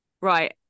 Right